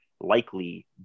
likely